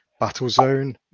Battlezone